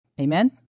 Amen